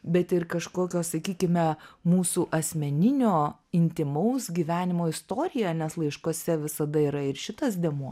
bet ir kažkokio sakykime mūsų asmeninio intymaus gyvenimo istoriją nes laiškuose visada yra ir šitas dėmuo